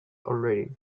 already